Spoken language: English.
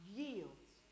yields